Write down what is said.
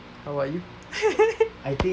how about you